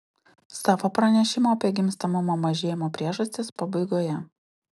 savo pranešimo apie gimstamumo mažėjimo priežastis pabaigoje